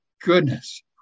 goodness